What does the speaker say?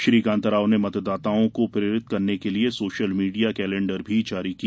श्री कांताराव ने मतदाताओं को प्रेरित करने के लिये सोशल मीडिया कैलेण्डर भी जारी किया